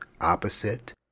opposite